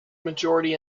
majority